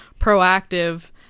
proactive